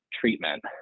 treatment